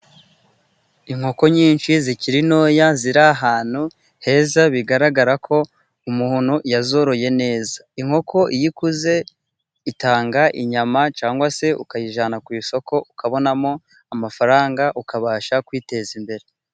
Inkoko nyinshi zikiri ntoya ziri ahantu heza bigaragara ko umuntu yazoroye neza, inkoko iyo ikuze itanga inyama, cyangwa se ukayijyana ku isoko, ukabonamo amafaranga ukabasha kwiteza imbere.